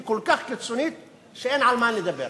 היא כל כך קיצונית שאין על מה לדבר.